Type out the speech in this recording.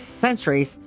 centuries